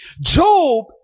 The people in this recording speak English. Job